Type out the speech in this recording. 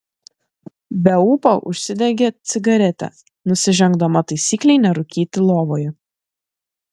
be ūpo užsidegė cigaretę nusižengdama taisyklei nerūkyti lovoje